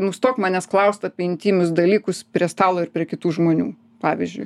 nustok manęs klaust apie intymius dalykus prie stalo ir prie kitų žmonių pavyzdžiui